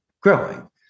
growing